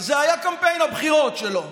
וזה היה קמפיין הבחירות שלו,